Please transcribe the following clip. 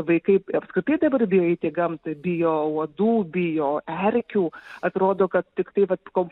vaikai apskritai dabar bijo eiti į gamtą bijo uodų bijo erkių atrodo kad tiktai vat ko